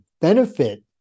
benefit